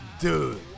Dude